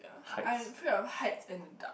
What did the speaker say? ya I'm afraid of heights and the dark